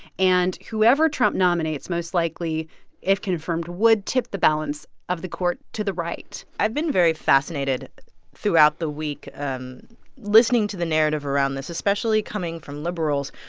and whoever trump nominates, most likely if confirmed would tip the balance of the court to the right i've been very fascinated throughout the week um listening to the narrative around this, especially coming from liberals,